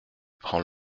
prend